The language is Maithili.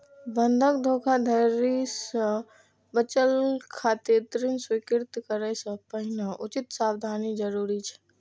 बंधक धोखाधड़ी सं बचय खातिर ऋण स्वीकृत करै सं पहिने उचित सावधानी जरूरी छै